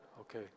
Okay